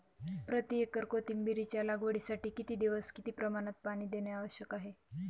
प्रति एकर कोथिंबिरीच्या लागवडीसाठी किती दिवस किती प्रमाणात पाणी देणे आवश्यक आहे?